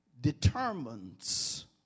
determines